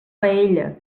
paella